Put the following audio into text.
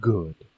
Good